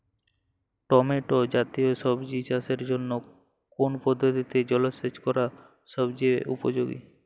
Tomato জাতীয় সবজি চাষের জন্য কোন পদ্ধতিতে জলসেচ করা সবচেয়ে উপযোগী?